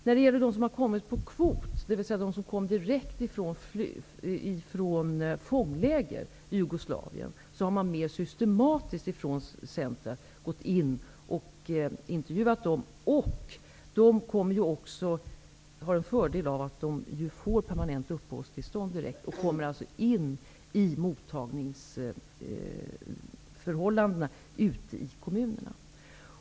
När det gäller dem som kommit hit genom kvot, dvs. de som kom direkt från fångläger i Jugoslavien, har man från Medicinskt centrum mer systematiskt intervjuat dem. De har en fördel i att de direkt får permanent uppehållstillstånd. De kommer således in i mottagningsförhållandena ute i kommunerna.